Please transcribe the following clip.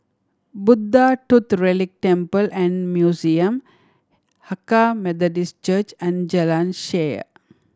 Buddha Tooth Relic Temple and Museum Hakka Methodist Church and Jalan Shaer